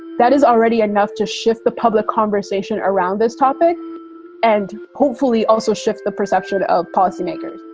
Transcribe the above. that is already enough to shift the public conversation around this topic and hopefully also shift the perception of policymakers